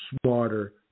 smarter